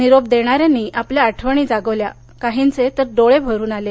निरोप देणाऱ्यांनी आपल्या आठवणी जागवल्या काहींचे तर डोळे भरून आले